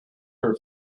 her